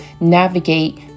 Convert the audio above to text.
navigate